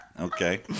Okay